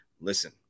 Listen